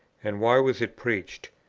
and why was it preached.